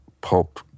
Pulp